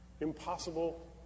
impossible